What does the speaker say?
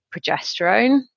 progesterone